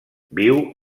viu